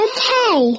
Okay